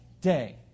day